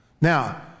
Now